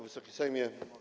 Wysoki Sejmie!